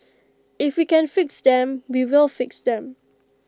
if we can fix them we will fix them